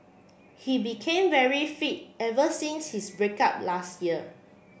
he became very fit ever since his break up last year